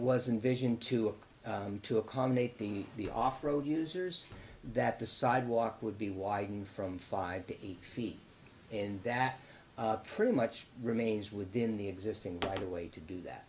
wasn't vision to aac to accommodate the the off road users that the sidewalk would be widening from five to eight feet and that pretty much remains within the existing by the way to do that